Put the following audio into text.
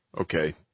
Okay